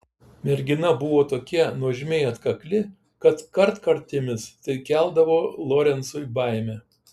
mergina buvo tokia nuožmiai atkakli kad kartkartėmis tai keldavo lorencui baimę